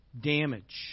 damage